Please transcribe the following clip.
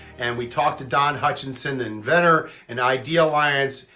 and we talked to don hutchinson, the inventor, and idealliance,